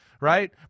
right